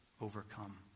overcome